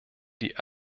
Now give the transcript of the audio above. die